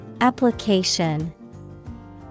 Application